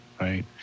right